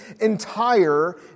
entire